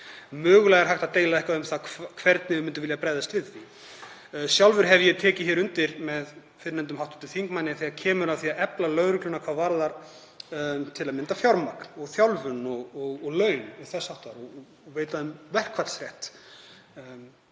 Mögulega er hægt að deila um það hvernig við myndum vilja bregðast við því. Sjálfur hef ég tekið undir með fyrrnefndum hv. þingmanni þegar kemur að því að efla lögregluna hvað varðar til að mynda fjármagn og þjálfun og laun og þess háttar og að veita henni verkfallsrétt,